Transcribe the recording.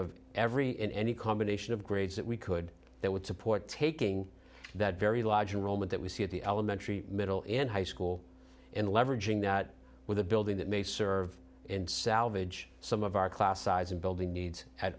of every in any combination of grades that we could that would support taking that very large role meant that we see at the elementary middle and high school in leveraging that with a building that may serve and salvage some of our class size and building needs at